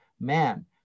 man